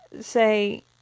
say